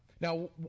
Now